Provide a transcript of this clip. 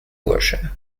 bursche